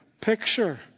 picture